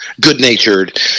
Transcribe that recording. good-natured